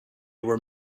were